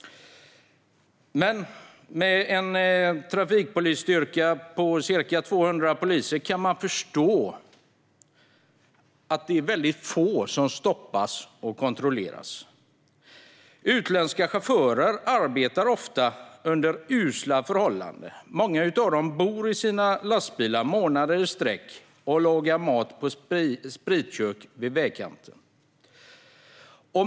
Med en trafikpolisstyrka på ca 200 poliser förstår man att det är få som stoppas och kontrolleras. Utländska chaufförer arbetar ofta under usla förhållanden. Många bor i sina lastbilar månader i sträck och lagar mat på spritkök vid vägkanten.